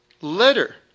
letter